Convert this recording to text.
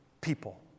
people